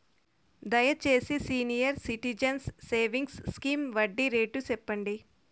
దయచేసి senior citizens savings scheme వడ్డీ rate సెప్పండి